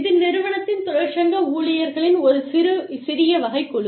இது நிறுவனத்தின் தொழிற்சங்க ஊழியர்களின் ஒரு சிறிய வகை குழு